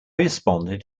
responded